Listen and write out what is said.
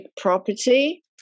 property